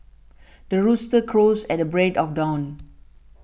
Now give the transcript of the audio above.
the rooster crows at the break of dawn